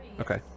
okay